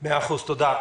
תודה.